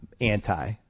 anti